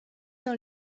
dans